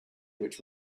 which